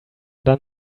done